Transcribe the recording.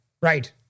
Right